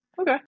Okay